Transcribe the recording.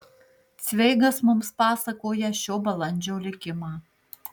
cveigas mums pasakoja šio balandžio likimą